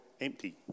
empty